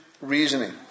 reasoning